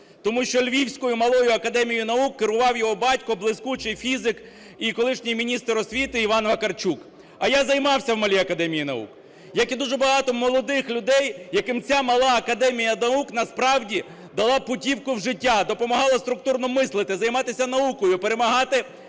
Тому що Львівською Малою академією наук керував його батько – блискучий фізик і колишній міністр освіти – Іван Вакарчук. А я займався в Малій академії наук, як і дуже багато молодих людей, яким ця Мала академія наук насправді дала путівку в життя, допомагала структурно мислити, займатися наукою, перемагати